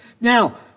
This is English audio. Now